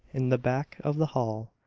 in the back of the hall,